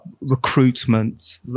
recruitment